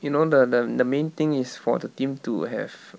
you know the the the main thing is for the team to have